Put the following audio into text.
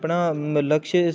अपना लक्ष्य